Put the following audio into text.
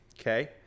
Okay